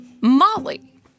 Molly